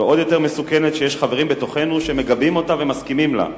ועוד יותר מסוכנת כשיש חברים בתוכנו שמגבים אותה ומסכימים לה.